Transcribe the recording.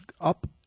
up